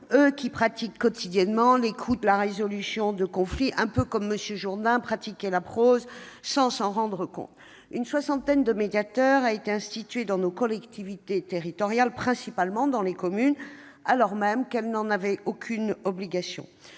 pratiquent quotidiennement l'écoute, la résolution de conflits, un peu comme M. Jourdain faisait de la prose sans s'en rendre compte. Une soixantaine de médiateurs a été instituée dans nos collectivités territoriales, principalement dans les communes, alors même qu'aucune obligation